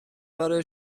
برای